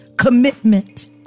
commitment